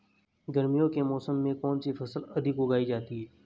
गर्मियों के मौसम में कौन सी फसल अधिक उगाई जाती है?